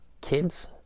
kids